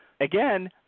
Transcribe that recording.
Again